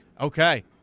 Okay